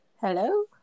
Hello